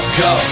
go